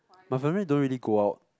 my family don't really go out